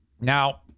now